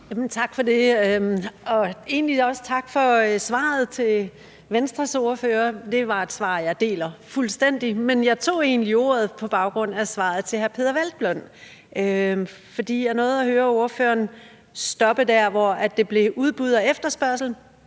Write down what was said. Tak for det. Og egentlig også tak for svaret til Venstres ordfører, for det var et svar, jeg deler fuldstændig, men jeg tog ordet på baggrund af svaret til hr. Peder Hvelplund. Jeg nåede at høre ordføreren stoppe der, hvor det blev om udbud og efterspørgsel.